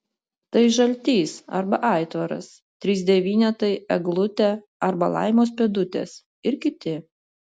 tai žaltys arba aitvaras trys devynetai eglutė arba laimos pėdutės ir kiti